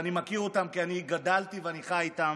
ואני מכיר אותם, כי אני גדלתי ואני חי איתם.